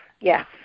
yes